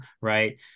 right